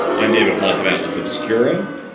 i'm david plotz of atlas obscura.